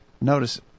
Notice